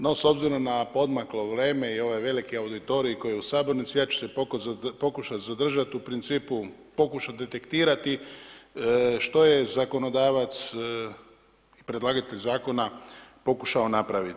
No s obzirom na poodmaklo vrijeme i ovaj veliki auditorij koji je u sabornici, ja ću se pokušat zadržat u principu, pokušati detektirati što je zakonodavac, predlagatelj zakona pokušao napraviti.